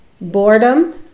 boredom